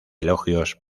elogios